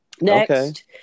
next